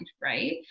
right